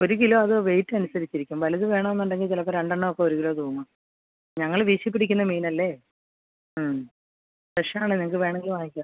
ഒരു കിലോ അത് വെയിറ്റ് അനുസരിച്ചിരിക്കും വലുത് വേണോ എന്നുണ്ടെങ്കിൽ ചിലപ്പോൾ രണ്ട് എണ്ണമൊക്കെ ഒരു കിലോ തൂങ്ങും ഞങ്ങൾ വീശി പിടിക്കുന്ന മീനല്ലേ ഫ്രഷാണ് നിങ്ങൾക്ക് വേണമെങ്കിൽ വാങ്ങിക്കാം